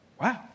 Wow